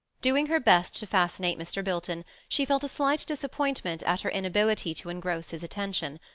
doing her best to fascinate mr. bilton, she felt a slight disappointment at her inability to engross his attention,